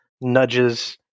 nudges